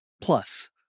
Plus